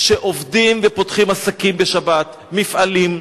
שעובדים ופותחים עסקים בשבת: מפעלים,